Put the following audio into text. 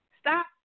Stop